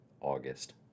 August